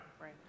Right